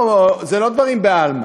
אלה לא דברים בעלמא.